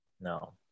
No